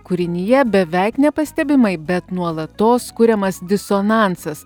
kūrinyje beveik nepastebimai bet nuolatos kuriamas disonansas